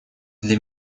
для